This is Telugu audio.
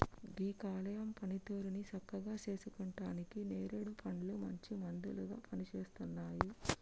గీ కాలేయం పనితీరుని సక్కగా సేసుకుంటానికి నేరేడు పండ్లు మంచి మందులాగా పనిసేస్తున్నాయి